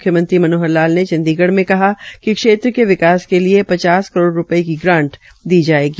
मुख्यमंत्री ने चंडीगढ़ में कहा कि क्षेत्र के विकास के लिए पचास करोड़ रूपये की ग्रांट दी जायेगी